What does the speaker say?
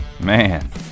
man